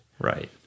Right